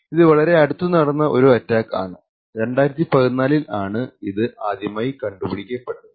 ഇത് വളരെ അടുത്തു നടന്ന ഒരു അറ്റാക്ക് ആണ് 2014 ൽ ആണ് ഇത് ആദ്യമായി കണ്ടുപിടിക്കപെട്ടത്